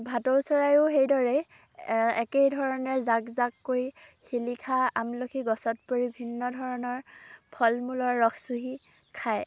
ভাটৌ চৰাইয়ো সেইদৰে একেই ধৰণে জাক জাক কৰি শিলিখা আমলখি গছত পৰি ভিন্ন ধৰণৰ ফল মূলৰ ৰস চুহি খায়